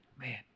Man